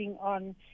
on